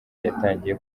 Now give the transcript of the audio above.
yatangiye